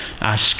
ask